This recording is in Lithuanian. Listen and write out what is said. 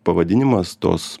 pavadinimas tos